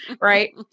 right